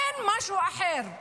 אין משהו אחר.